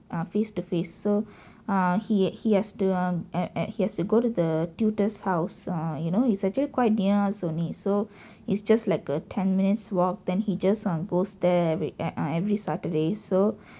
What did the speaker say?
ah face to face so ah he he has to um he has to go to the tutors house err you know it's actually quite near us only so it's just like a ten minutes walk then he just um goes there a~ a~ every saturday so